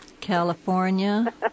California